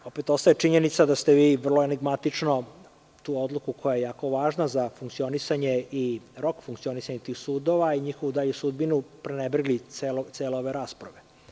Opet ostaje činjenica da ste vi vrlo enigmatično tu odluku koja je jako važna za funkcionisanje i rok funkcionisanja tih sudova i njihovu dalju sudbinu prenebregli cele ove rasprave.